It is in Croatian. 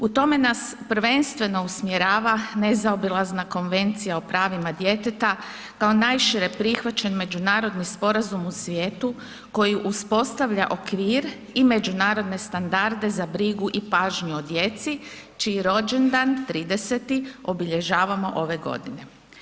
U tome nas prvenstveno usmjerava nezaobilazna Konvencija o pravima djeteta kao najšire prihvaćen međunarodni sporazum u svijetu koji uspostavlja okvir i međunarodne standarde za brigu i pažnju o djeci čiji rođendan 30.-ti obilježavamo ove godine.